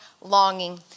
longing